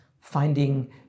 finding